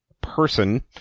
person